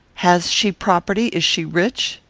has she property? is she rich?